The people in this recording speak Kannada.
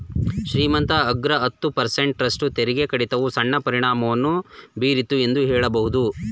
ಶ್ರೀಮಂತ ಅಗ್ರ ಹತ್ತು ಪರ್ಸೆಂಟ್ ರಷ್ಟು ತೆರಿಗೆ ಕಡಿತವು ಸಣ್ಣ ಪರಿಣಾಮವನ್ನು ಬೀರಿತು ಎಂದು ಹೇಳಬಹುದು